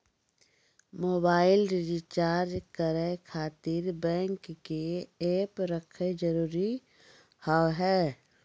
Mobile recharge करे खातिर bank के ऐप रखे जरूरी हाव है?